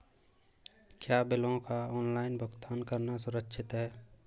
क्या बिलों का ऑनलाइन भुगतान करना सुरक्षित है?